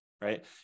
right